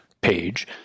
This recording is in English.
page